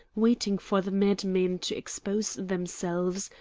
waiting for the madmen to expose themselves,